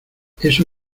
eso